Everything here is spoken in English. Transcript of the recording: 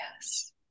Yes